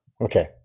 okay